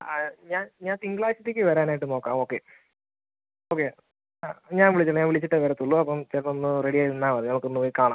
ആ ഞാൻ ഞാൻ തിങ്കാളാഴ്ചത്തേക്ക് വരാനായിട്ട് നോക്കാം ഓക്കെ ഓക്കെ ആ ഞാൻ വിളിച്ച് ഞാൻ വിളിച്ചിട്ടേ വരത്തുള്ളൂ അപ്പം ചേട്ടനൊന്ന് റെഡിയായി നിന്നാൽ മതി നമുക്കൊന്ന് പോയി കാണാം